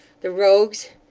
the rogues!